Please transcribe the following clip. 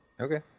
Okay